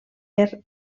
per